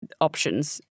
options